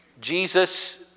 Jesus